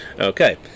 Okay